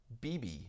BB